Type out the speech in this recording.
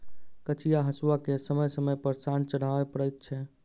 कचिया हासूकेँ समय समय पर सान चढ़बय पड़ैत छै